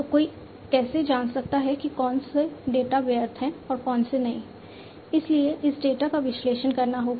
तो कोई कैसे जान सकता है कि कौन से डेटा व्यर्थ हैं और कौन से नहीं हैं इसीलिए इस डेटा का विश्लेषण करना होगा